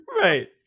Right